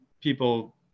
people